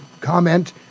comment